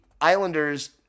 Islanders